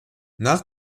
nach